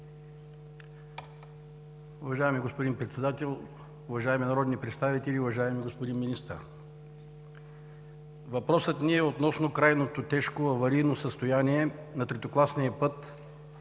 Уважаеми господин Председател, уважаеми народни представители, уважаеми господин Министър! Въпросът ни е относно крайното тежко аварийно състояние на третокласния път